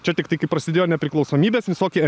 čia tiktai kai prasidėjo nepriklausomybės visokie